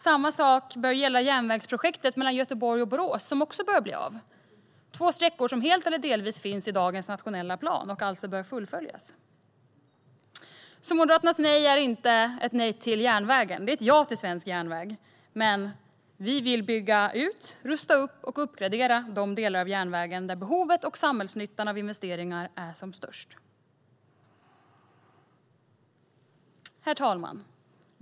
Samma sak bör gälla järnvägsprojektet mellan Göteborg och Borås, som också bör bli av. Dessa två sträckor finns helt eller delvis i dagens nationella plan och bör alltså fullföljas. Moderaternas nej är alltså inte ett nej till järnvägen; det är ett ja till svensk järnväg. Men vi vill bygga ut, rusta upp och uppgradera de delar av järnvägen där behovet och samhällsnyttan av investeringar är som störst. Herr talman!